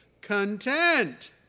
content